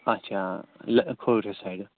اچھا لہ کھووٕرِ سایڈٕ